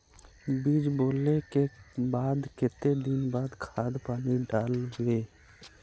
बीज बोले के बाद केते दिन बाद खाद पानी दाल वे?